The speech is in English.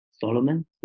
solomon